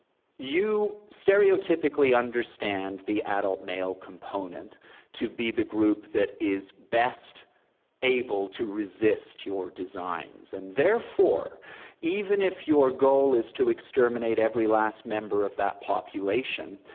you stereotypically understand the adult male component to be the group that is best able to resist your designs, and therefore even if your goal is to exterminate every last member of that population,